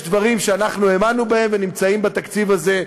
יש דברים שאנחנו האמנו בהם והם נמצאים בתקציב הזה,